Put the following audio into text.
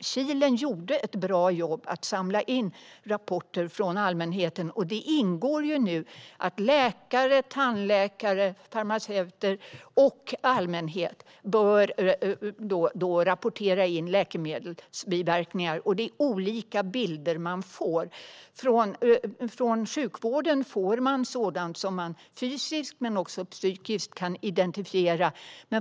Kilen gjorde ett bra jobb med att samla in rapporter från allmänheten, och det ingår nu att läkare, tandläkare, farmaceuter och allmänhet bör rapportera in läkemedelsbiverkningar. Det är olika bilder man får av denna rapportering. Från sjukvården får man sådant som går att identifiera fysiskt men också psykiskt.